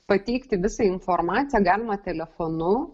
pateikti visą informaciją galima telefonu